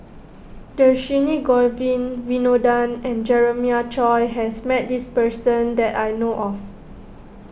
Dhershini Govin Winodan and Jeremiah Choy has met this person that I know of